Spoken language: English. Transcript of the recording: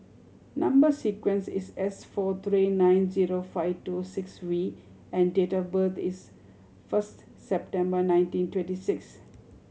number sequence is S four three nine zero five two six V and date of birth is first September nineteen twenty six